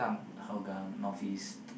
Hougang North-East